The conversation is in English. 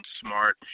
smart